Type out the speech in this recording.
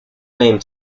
name